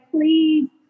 Please